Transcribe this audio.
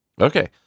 Okay